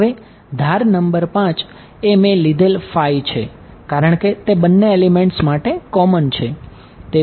હવે ધાર નંબર 5 એ મેં લીધેલ છે કારણ કે તે બંને એલિમેંટ્સ માટે કોમન છે